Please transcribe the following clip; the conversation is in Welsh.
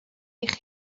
eich